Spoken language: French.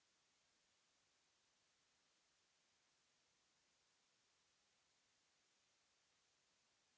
Merci